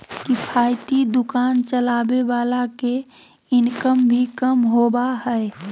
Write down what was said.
किफायती दुकान चलावे वाला के इनकम भी कम होबा हइ